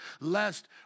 lest